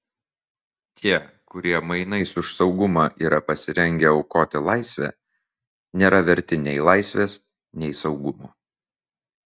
tie kurie mainais už saugumą yra pasirengę aukoti laisvę nėra verti nei laisvės nei saugumo